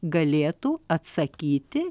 galėtų atsakyti